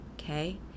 Okay